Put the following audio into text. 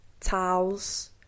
towels